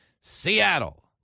Seattle